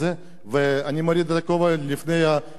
אני מוריד את הכובע בפני סיעת מרצ,